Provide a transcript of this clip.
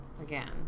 again